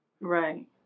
Right